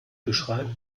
beschreiben